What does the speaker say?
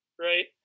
right